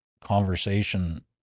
conversation